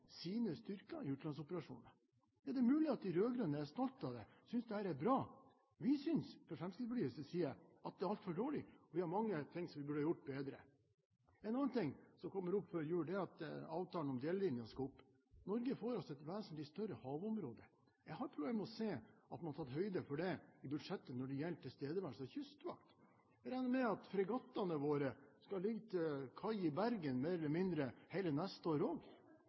sine styrker i utenlandsoperasjoner. Det er mulig at de rød-grønne er stolte av det, synes det er bra. Fra Fremskrittspartiets side synes vi det er altfor dårlig, og vi har mange ting som vi burde ha gjort bedre. En annen ting som kommer opp før jul, er avtalen om delelinjen. Norge får altså et vesentlig større havområde. Jeg har problemer med å se at man har tatt høyde for det i budsjettet når det gjelder tilstedeværelse av kystvakt. Jeg regner med at fregattene våre skal ligge til kai i Bergen mer eller mindre hele neste år